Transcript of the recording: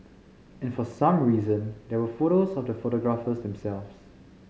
and for some reason there were photos of the photographers themselves